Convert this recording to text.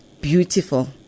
beautiful